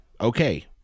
okay